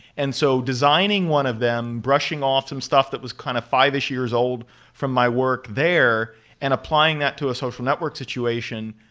and so designing one of them, brushing off some stuff that was kind of five-ish years old from my work there and applying that to a social network situation,